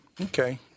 Okay